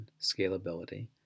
Scalability